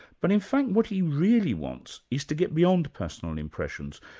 but in fact what he really wants is to get beyond the personal impressions.